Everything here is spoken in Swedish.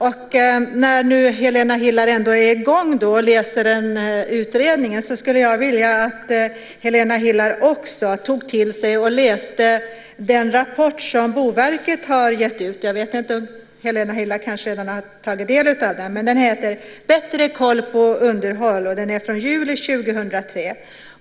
När Helena Hillar Rosenqvist nu ändå är i gång och läser en utredning skulle jag vilja att hon också tog till sig och läste en rapport som boverket har gett ut. Kanske har hon redan tagit del av den. Den heter Bättre koll på underhåll , och den är från juli 2003.